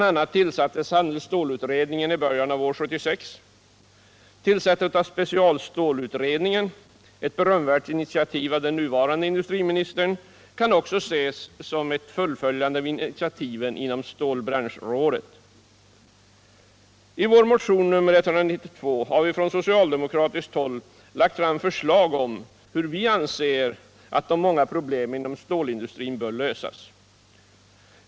a. tillsattes handelsstålutredningen i början av år 1976. Tillsättandet av specialstålutredningen, ett berömvärt initiativ av den nuvarande industri ministern, kan också ses som ett fullföljande av initiativen inom stålbranschrådet. I vår motion 192 har vi från socialdemokratiskt håll lagt fram förslag om hur vi anser att de många problemen inom stålindustrin bör lösas.